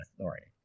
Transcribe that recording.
authority